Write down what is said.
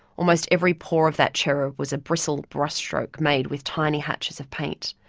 almost every pore of that cherub was a bristle brushstroke made with tiny hatches of paint.